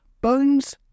Bones